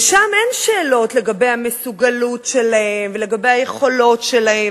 ושם אין שאלות לגבי המסוגלות שלהם ולגבי היכולות שלהם.